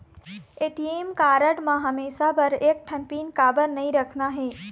ATM card म हमेशा बर एक ठन पिन काबर नई रखना हे?